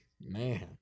man